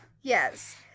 yes